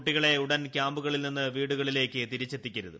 കുട്ടികളെ ഉടൻ ക്യാമ്പുകളിൽ നിന്ന് വീടുകളിലേക്ക് തിരിച്ചെത്തിക്കരുത്